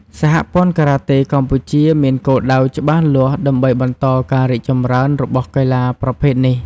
សហព័ន្ធការ៉ាតេកម្ពុជាមានគោលដៅច្បាស់លាស់ដើម្បីបន្តការរីកចម្រើនរបស់កីឡាប្រភេទនេះ។